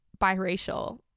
biracial